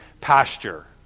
pasture